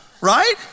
right